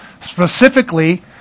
specifically